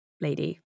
lady